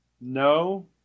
no